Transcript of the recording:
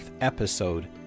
episode